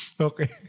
Okay